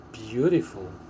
beautiful